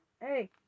Hey